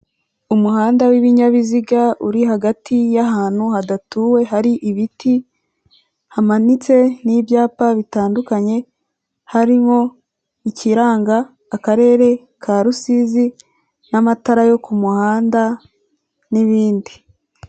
Umuhanda w'ibinyabiziga uri hagati y'ahantu hadatuwe hari ibiti hamanitse n'ibyapa bitandukanye, hariho ikiranga Akarere ka Rusizi n'amatara yo ku muhanda n'ibindi.